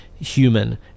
human